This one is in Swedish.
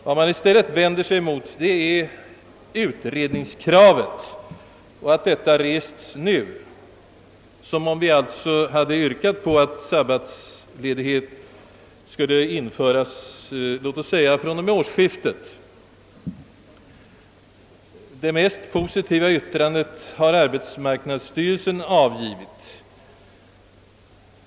Vad man i stället vänder sig emot är utredningskravet och att detta rests nu, som om vi alltså hade yrkat på att sabbatsledighet skulle införas låt oss säga fr.o.m. årsskiftet, Det mest positiva yttrandet har arbetsmarknadsstyrelsen avgivit.